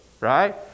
right